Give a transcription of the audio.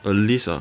a list ah